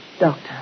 Doctor